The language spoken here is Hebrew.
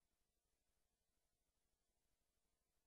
טפסים ונתתי טפסים כדי